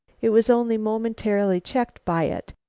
it was only momentarily checked by it,